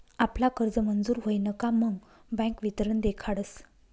आपला कर्ज मंजूर व्हयन का मग बँक वितरण देखाडस